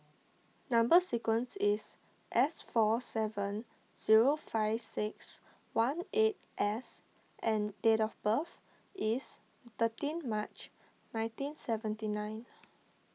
Number Sequence is S four seven zero five six one eight S and date of birth is thirteen March nineteen seventy nine